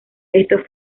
estos